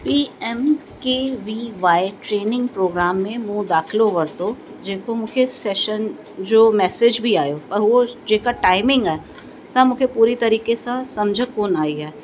P M K V Y training programme में मूं दाखिलो वरितो जेको मूंखे सेशन जो मैसेज बि आहियो पर उहो जेका टाइमिंग आहे सा मूंखे पूरी तरीक़े सां सम्झ कोन आई आहे